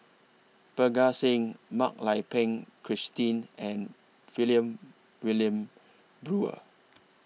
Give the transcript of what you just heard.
Parga Singh Mak Lai Peng Christine and Brewer